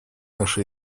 наши